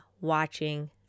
watching